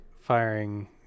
firing